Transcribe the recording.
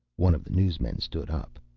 one of the newsmen stood up.